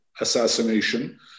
assassination